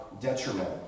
detriment